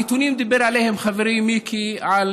הנתונים שחברי מיקי דיבר עליהם,